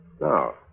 No